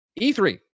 E3